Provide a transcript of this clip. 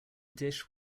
dish